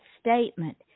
statement